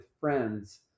friends